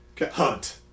hunt